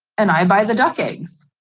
and i buy the duck eggs.